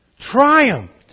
triumphed